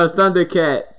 Thundercat